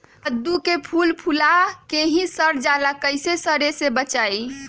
कददु के फूल फुला के ही सर जाला कइसे सरी से बचाई?